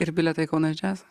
ir bilietą į kaunas džias